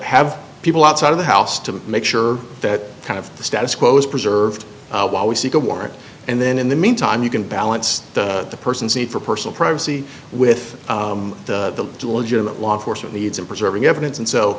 have people outside of the house to make sure that kind of the status quo is preserved while we seek a warrant and then in the meantime you can balance the person's need for personal privacy with the legitimate law enforcement needs of preserving evidence and so